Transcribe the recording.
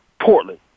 Portland